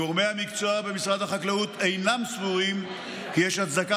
גורמי המקצוע במשרד החקלאות אינם סבורים כי יש הצדקה